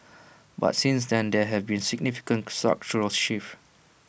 but since then there have been significant structural shifts